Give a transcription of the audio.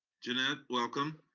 jeannette, welcome.